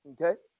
Okay